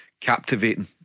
captivating